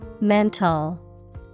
Mental